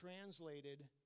translated